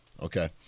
Okay